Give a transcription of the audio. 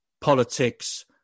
politics